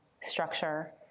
structure